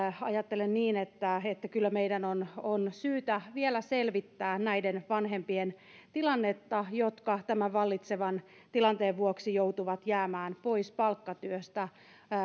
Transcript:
ajattelen niin että että kyllä meidän on on syytä vielä selvittää näiden vanhempien tilannetta jotka tämän vallitsevan tilanteen vuoksi joutuvat jäämään pois palkkatyöstä